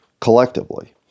collectively